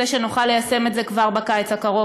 שנוכל ליישם את זה כבר בקיץ הקרוב.